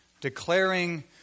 declaring